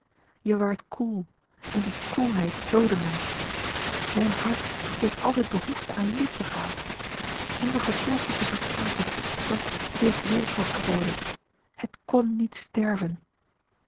je waart koel en die koelheid doodde mij mijn hart heeft altijd behoefte aan liefde gehad zij hebben gepoogd het te vertrappen doch het heeft weerstand geboden het kon niet sterven